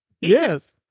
Yes